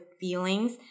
feelings